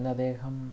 എന്നദ്ദേഹം